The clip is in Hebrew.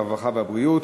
הרווחה והבריאות.